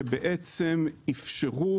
שאפשרו